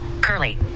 curly